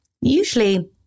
Usually